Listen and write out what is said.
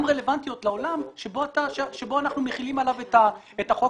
רלוונטיות לעולם שבו אנחנו מחילים עליו את החוק.